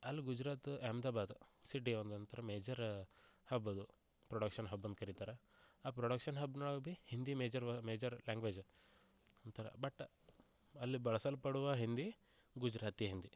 ಅಲ್ಲಿ ಗುಜರಾತ್ ಅಹ್ಮದಾಬಾದ್ ಸಿಟಿ ಒಂದೊಂದು ಥರ ಮೇಜರ್ ಹಬ್ ಅದು ಪ್ರೊಡಕ್ಷನ್ ಹಬ್ ಅಂತ ಕರೀತಾರೆ ಆ ಪ್ರೊಡಕ್ಷನ್ ಹಬ್ನೊಳಗೆ ಹಿಂದಿ ಮೇಜರ್ ಮೇಜರ್ ಲ್ಯಾಂಗ್ವೇಜ್ ಅಂತಾರೆ ಬಟ್ ಅಲ್ಲಿ ಬಳಸಲ್ಪಡುವ ಹಿಂದಿ ಗುಜರಾತಿ ಹಿಂದಿ